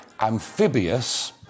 amphibious